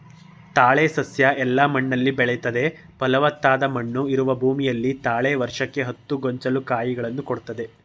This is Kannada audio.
ತಾಳೆ ಸಸ್ಯ ಎಲ್ಲ ಮಣ್ಣಲ್ಲಿ ಬೆಳಿತದೆ ಫಲವತ್ತಾದ ಮಣ್ಣು ಇರುವ ಭೂಮಿಯಲ್ಲಿ ತಾಳೆ ವರ್ಷಕ್ಕೆ ಹತ್ತು ಗೊಂಚಲು ಕಾಯಿಗಳನ್ನು ಕೊಡ್ತದೆ